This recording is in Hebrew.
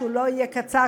שלא יהיה קצר,